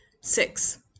Six